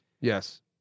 Yes